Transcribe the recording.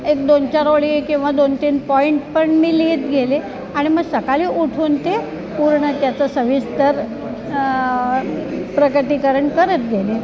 एक दोन चार ओळी किंवा दोन तीन पॉईंट पण मी लिहित गेले आणि मग सकाळी उठून ते पूर्ण त्याचं सविस्तर प्रकटीकरण करत गेले